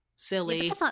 Silly